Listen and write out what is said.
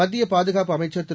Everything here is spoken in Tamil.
மத்தியபாதுகாப்புஅமைச்சர்திரு